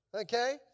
Okay